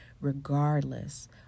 regardless